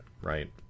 right